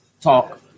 talk